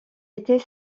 était